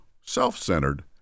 self-centered